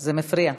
זה מפריע.